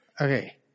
Okay